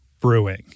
Brewing